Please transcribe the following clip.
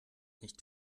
nicht